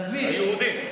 היהודים?